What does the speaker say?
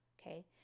okay